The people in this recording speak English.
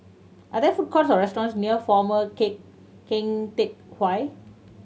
are there food courts or restaurants near Former Keng Teck Whay